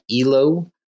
Elo